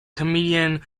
comedian